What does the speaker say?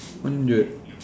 hundred